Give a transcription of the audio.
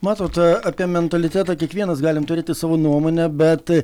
matot apie mentalitetą kiekvienas galim turėti savo nuomonę bet